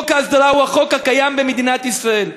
חוק ההסדרה הוא החוק הקיים במדינת ישראל.